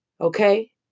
Okay